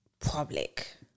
Public